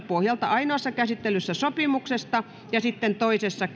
pohjalta ainoassa käsittelyssä sopimuksesta ja sitten toisessa